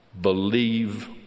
believe